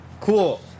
cool